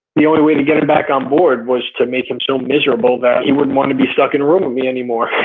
the only way to get him back on board was to make him so miserable that he wouldn't wanna be stuck in a room with me anymore.